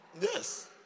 Yes